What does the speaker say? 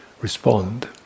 Respond